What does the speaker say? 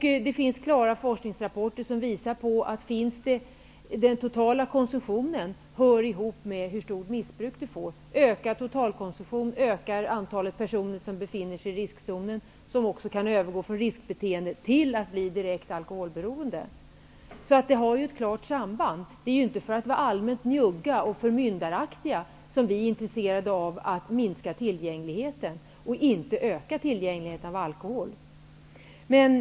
Det finns klara forskningsrapporter som visar att totalkonsumtionen hör ihop med hur stort missbruket blir. Ökar totalkonsumtionen, så ökar antalet personer som befinner sig i riskzonen och som kan övergå från riskbeteendet till att bli direkt alkoholberoende. Det har ett klart samband. Det är inte för att vara allmänt njugga och förmyndaraktiga som vi är intresserade av att minska, inte öka, av alkohol.